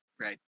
right